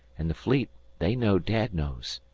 an' the fleet they know dad knows.